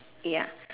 ya